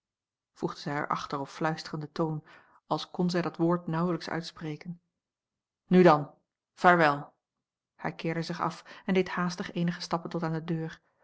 zij er achter op fluisterende toon als kon zij dat woord nauwelijks uitspreken nu dan vaarwel hij keerde zich af en deed haastig eenige stappen tot aan de deur